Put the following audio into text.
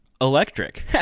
electric